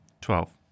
Twelve